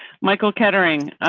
michael kettering,